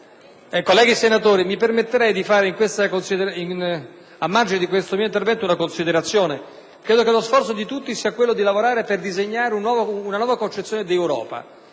Colleghi senatori, vorrei, a margine di questo mio intervento, fare una considerazione: credo che lo sforzo di tutti sia quello di lavorare per disegnare una nuova concezione di Europa;